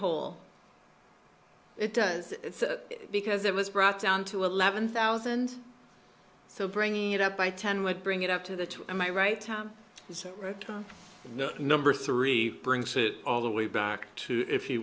whole it does because it was brought down to eleven thousand so bringing it up by ten would bring it up to the two am i right tom so number three brings it all the way back to if he